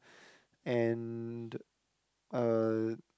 and uh